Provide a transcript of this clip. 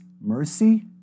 mercy